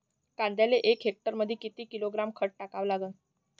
कांद्याले एका हेक्टरमंदी किती किलोग्रॅम खत टाकावं लागन?